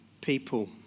people